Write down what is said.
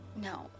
no